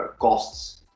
costs